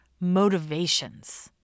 motivations